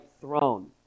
throne